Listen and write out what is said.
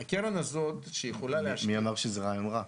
הקרן הזאת שיכולה להשקיע --- מי אמר שזה רעיון רע?